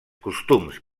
costums